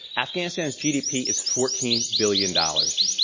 afghanistan's gdp is fourteen billion dollars.